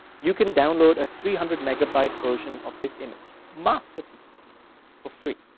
you can download a three hundred megabytes version of this image, masterpiece for free.